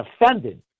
offended